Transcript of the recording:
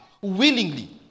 willingly